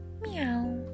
meow